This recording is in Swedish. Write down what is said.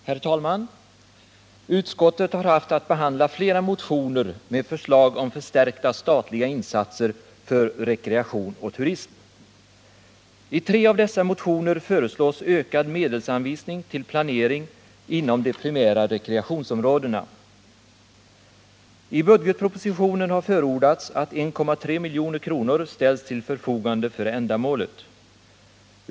Herr talman! Utskottet har haft att behandla flera motioner med förslag om förstärkta statliga insatser för rekreation och turism. I tre av dessa motioner föreslås ökad medelsanvisning till planering inom de primära rekreationsområdena. I budgetpropositionen har förordats att 1,3 milj.kr. ställs till förfogande för ändamålet.